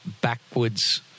backwards